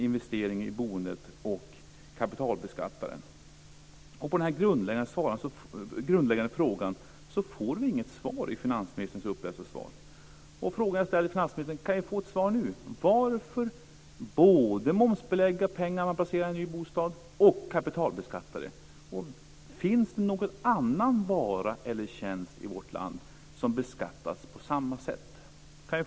Investeringar i boende är både momsbelagda och kapitalbeskattade. På den grundläggande frågan får vi inget svar i finansministerns upplästa interpellationssvar. Kan jag få ett svar nu: Varför både momsbelägga och kapitalbeskatta de pengar som placeras i en ny bostad? Finns det någon annan vara eller tjänst i vårt land som beskattas på samma sätt?